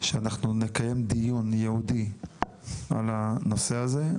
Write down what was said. שאנחנו נקיים דיון ייעודי על הנושא הזה,